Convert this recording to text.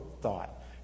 thought